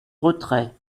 retrait